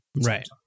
right